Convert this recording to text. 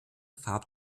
farb